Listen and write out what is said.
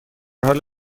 حال